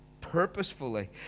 purposefully